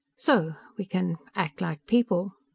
so. we can. act like people.